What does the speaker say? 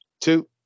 two